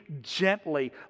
gently